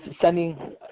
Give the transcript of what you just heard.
sending